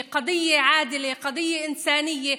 זוהי סוגיה צודקת והומניטרית,